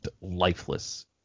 lifeless